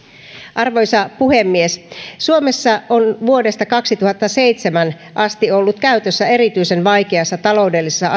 arvoisa puhemies suomessa on vuodesta kaksituhattaseitsemän asti ollut käytössä erityisen vaikeassa taloudellisessa